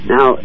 Now